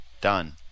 Done